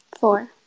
Four